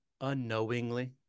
unknowingly